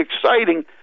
exciting